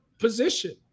position